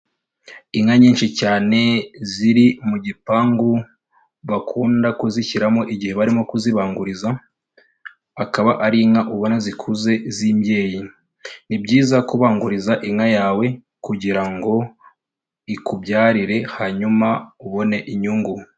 Inka nyinshi cyane ziri mu gipangu bakunda kuzishyiramo igihe barimo kuzibanguriza, akaba ari inka ubona zikuze z'imbyeyi. Ni byiza kubanguriza inka yawe kugira ngo ikubyarire, hanyuma ubone inyungu.